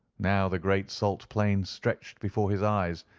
now the great salt plain stretched before his eyes,